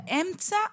באמצע,